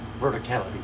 Verticality